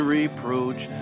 reproach